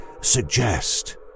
suggest